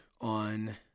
on